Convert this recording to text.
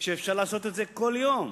כשאפשר לעשות את זה כל יום?